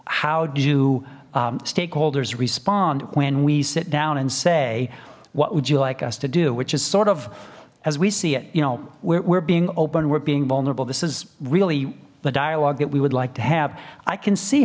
do stakeholders respond when we sit down and say what would you like us to do which is sort of as we see it you know we're being open we're being vulnerable this is really the dialogue that we would like to have i can see